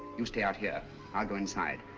you stay out here. i'll go inside.